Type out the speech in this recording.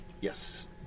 Yes